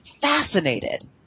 fascinated